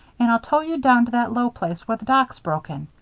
and i'll tow you down to that low place where the dock's broken.